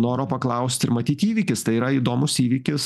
noro paklausti ir matyt įvykis tai yra įdomus įvykis